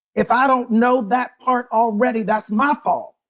if i don't know that part already, that's my fault.